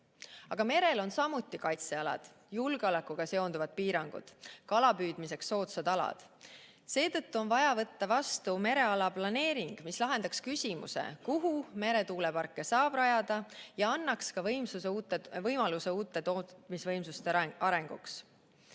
Aga merel on samuti kaitsealad, julgeolekuga seonduvad piirangud, kala püüdmiseks soodsad alad. Seetõttu on vaja võtta vastu mereala planeering, mis lahendaks küsimuse, kuhu saab meretuuleparke rajada, ja annaks ka võimaluse uute tootmisvõimsuste arenguks.